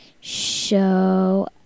show